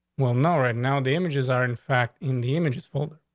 well, no. right now, the images are, in fact, in the images folder.